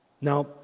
Now